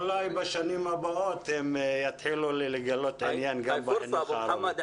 אולי בשנים הבאות הם יתחילו לגלות ענין גם בחינוך הערבי.